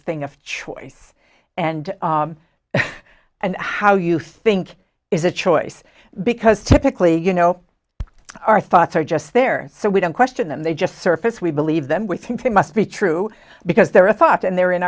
thing of choice and and how you think is a choice because typically you know our thoughts are just there so we don't question them they just surface we believe them we think they must be true because there are thought and they're in